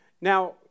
Now